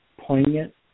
poignant